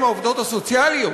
עם העובדות הסוציאליות.